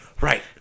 Right